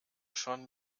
schon